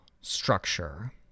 structure